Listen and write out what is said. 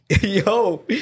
yo